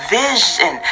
vision